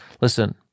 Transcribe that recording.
Listen